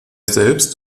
selbst